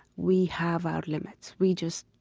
we have our limits. we just